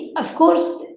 of course,